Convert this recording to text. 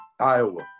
Iowa